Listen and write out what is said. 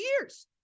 years